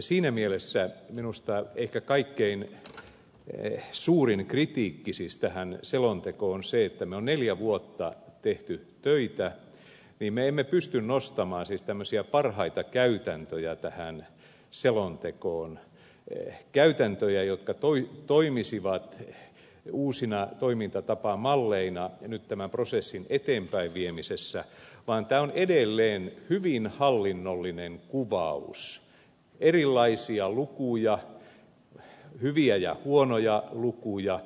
siinä mielessä minusta ehkä kaikkein suurin kritiikki tätä selontekoa kohtaan on se että vaikka me olemme neljä vuotta tehneet töitä niin me emme pysty nostamaan tämmöisiä parhaita käytäntöjä tähän selontekoon käytäntöjä jotka toimisivat uusina toimintatapamalleina nyt tämän prosessin eteenpäinviemisessä vaan tämä on edelleen hyvin hallinnollinen kuvaus erilaisia lukuja hyviä ja huonoja lukuja